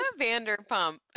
Vanderpump